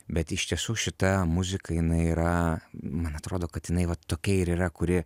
bet iš tiesų šita muzika jinai yra man atrodo kad jinai va tokia ir yra kuri